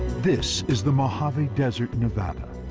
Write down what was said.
this is the mojave desert, nevada.